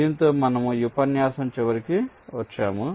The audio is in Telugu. దీనితో మనము ఈ ఉపన్యాసం చివరికి వచ్చాము